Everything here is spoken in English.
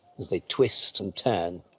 as they twist and turn